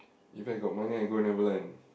If I got money I go Neverland